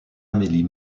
amélie